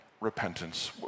repentance